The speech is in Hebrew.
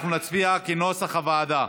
אנחנו נצביע כנוסח הוועדה.